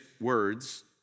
words